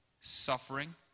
suffering